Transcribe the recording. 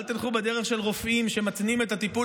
אל תלכו בדרך של רופאים שמתנים את הטיפול